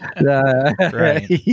right